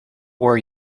were